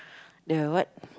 the what